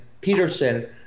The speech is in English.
Peterson